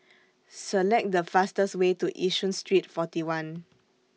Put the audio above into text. Select The fastest Way to Yishun Street forty one